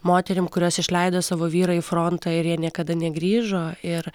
moterim kurios išleido savo vyrą į frontą ir jie niekada negrįžo ir